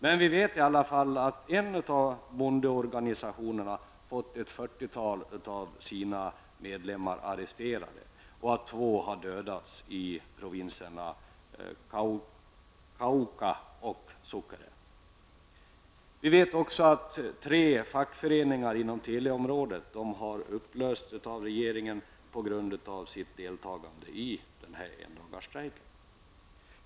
Men vi vet i alla fall att en av bondeorganisationerna har fått ett fyrtiotal av sina medlemmar arresterade och att två har dödats i provinserna Cauca och Sucere. Vi vet också att tre fackföreningar inom teleområdet, på grund av sitt deltagande i strejken, har upplösts av regeringen.